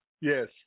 Yes